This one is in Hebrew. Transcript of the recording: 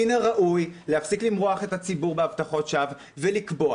מן הראוי להפסיק למרוח את הציבור בהבטחות שווא ולקבוע,